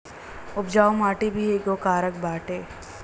उपजाऊ माटी भी एगो कारक बाटे